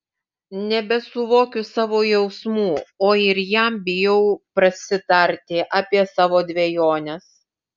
nebesuvokiu savo jausmų o ir jam bijau prasitarti apie savo dvejones